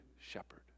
shepherd